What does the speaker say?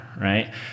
Right